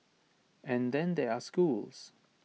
and then there are schools